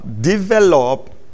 develop